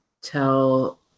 tell